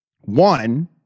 One